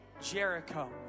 Jericho